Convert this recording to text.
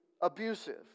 abusive